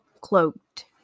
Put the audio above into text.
cloaked